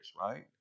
right